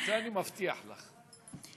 אני מבטיח לך.